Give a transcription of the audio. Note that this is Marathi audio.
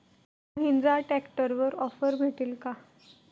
महिंद्रा ट्रॅक्टरवर ऑफर भेटेल का?